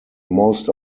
most